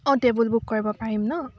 অঁ table book কৰিব পাৰিম ন